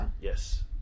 Yes